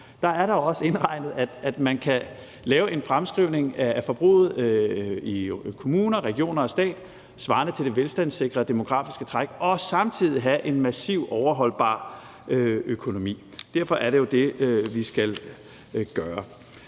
er der også indregnet, at man kan lave en fremskrivning af forbruget i kommuner, regioner og stat svarende til det velstandssikrede demografiske træk og samtidig have en massivt overholdbar økonomi. Derfor er det jo det, vi skal gøre.